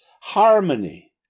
harmony